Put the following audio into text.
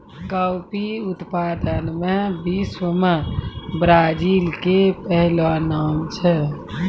coffee उत्पादन मॅ विश्व मॅ ब्राजील के पहलो नाम छै